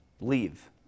leave